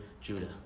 Judah